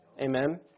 Amen